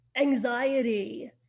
anxiety